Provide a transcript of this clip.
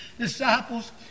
disciples